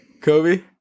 Kobe